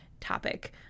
topic